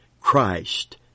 Christ